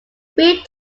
three